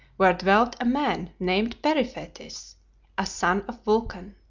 where dwelt a man named periphetes, a son of vulcan.